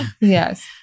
Yes